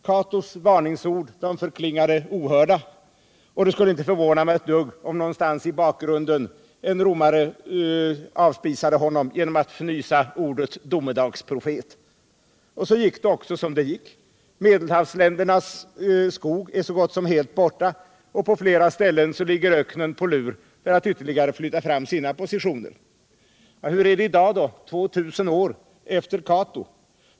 Catos varningsord förklingade ohörda, och det skulle inte förvåna mig ett dugg om en romare någonstans i bakgrunden avspisade honom genom att fnysa fram ordet ”domedagsprofet”. Så gick det också som det gick. Medelhavsländernas skog är så gott som helt borta, och på flera ställen ligger öknen på lur för att ytterligare flytta fram sina positioner. Hur är det i dag då, 2 000 år efter Cato?